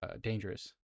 dangerous